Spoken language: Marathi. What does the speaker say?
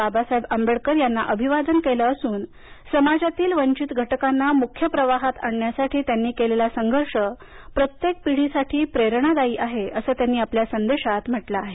बाबासाहेब आंबेडकर यांना अभिवादन केलं असून समाजातील वंचित घटकांना मुख्य प्रवाहात आणण्यासाठी त्यांनी केलेला संघर्ष प्रत्येक पिढीसाठी प्रेरणादायी आहे असं त्यांनी आपल्या संदेशात म्हटलं आहे